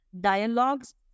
dialogues